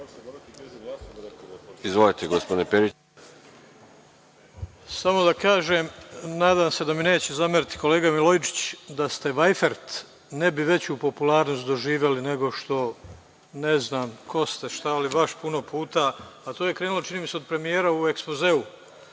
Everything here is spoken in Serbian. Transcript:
Izvolite gospodine Periću. **Sreto Perić** Samo da kažem, nadam se da mi neće zameriti kolega Milojičić, da ste Vajfert ne bi veću popularnost doživeli nego što, ne znam ko ste, šta li, baš puno puta, a to je krenulo čini mi se od premijera u ekspozeu.